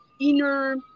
inner